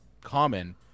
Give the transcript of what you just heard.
common